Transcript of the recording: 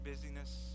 busyness